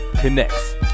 Connects